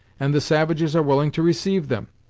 and the savages are willing to receive them?